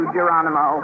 Geronimo